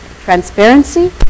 transparency